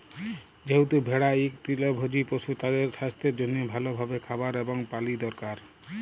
যেহেতু ভেড়া ইক তৃলভজী পশু, তাদের সাস্থের জনহে ভাল ভাবে খাবার এবং পালি দরকার